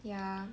ya